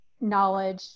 knowledge